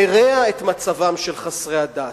שמרע את מצבם של חסרי הדת,